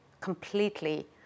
completely